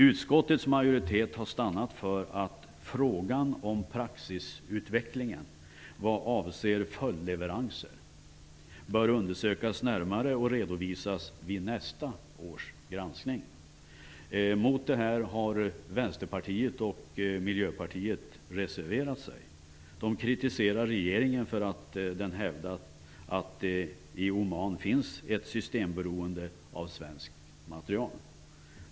Utskottets majoritet har stannat för att frågan om praxistuvecklingen vad avser följdleveranser bör undersökas närmare och redovisas vid nästa års granskning. Mot det här har Vänsterpartiet och Miljöpartiet reserverat sig. De kritiserar regeringen för att den hävdat att det i Oman finns ett systemberoende av svensk materiel.